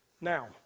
Now